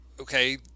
okay